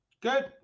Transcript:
Good